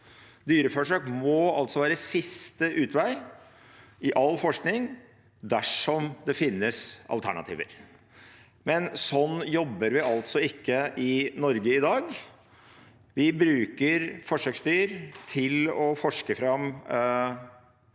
Dyreforsøk må altså være siste utvei i all forskning dersom det finnes alternativer. Men sånn jobber vi altså ikke i Norge i dag. Vi bruker forsøksdyr til å forske fram profitt